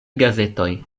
gazetoj